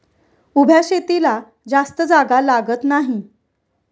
उभ्या शेतीला जास्त जागा लागत नाही